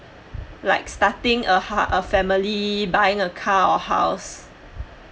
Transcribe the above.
like starting a ha~ a family buying a car or house